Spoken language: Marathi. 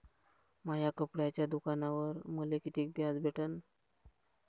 माया कपड्याच्या दुकानावर मले कितीक व्याज भेटन?